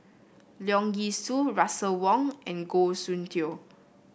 Leong Yee Soo Russel Wong and Goh Soon Tioe